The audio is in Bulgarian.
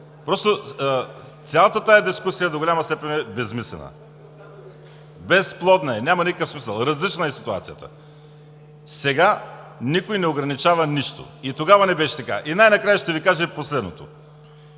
Просто цялата тази дискусия до голяма степен е безсмислена, безплодна е, няма никакъв смисъл. Различна е ситуацията. Сега никой не ограничава нищо. И тогава не беше така. Най-накрая ще Ви кажа последното.